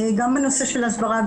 גם בנושא של הסברה,